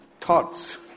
thoughts